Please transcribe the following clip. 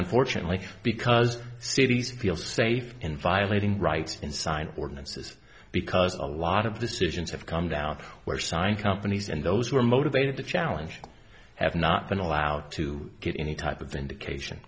unfortunately because stevie's feel safe in violating rights in sign ordinances because a lot of decisions have come down where sign companies and those who are motivated to challenge have not been allowed to get any type of indication